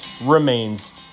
remains